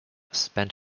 spent